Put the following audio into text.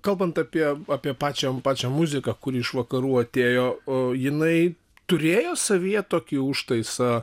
kalbant apie apie pačią pačią muziką kuri iš vakarų atėjo o jinai turėjo savyje tokį užtaisą